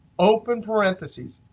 open parentheses,